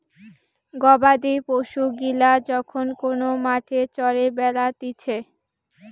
গবাদি পশু গিলা যখন কোন মাঠে চরে বেড়াতিছে